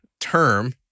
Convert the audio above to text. term